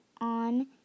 on